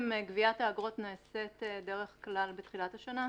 גביית האגרות נעשית דרך כלל בתחילת השנה,